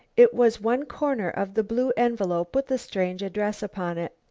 it was one corner of the blue envelope with the strange address upon it.